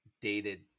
dated